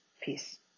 peace